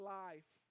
life